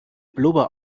blubber